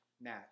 now